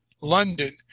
London